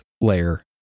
layer